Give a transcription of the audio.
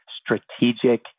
strategic